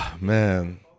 man